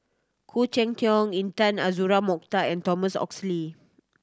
Khoo Cheng Tiong Intan Azura Mokhtar and Thomas Oxley